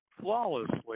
flawlessly